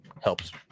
helps